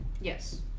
Yes